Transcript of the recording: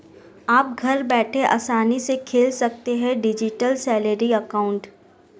आप घर बैठे आसानी से खोल सकते हैं डिजिटल सैलरी अकाउंट